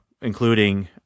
including